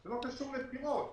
זה לא קשור לבחירות.